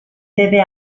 deve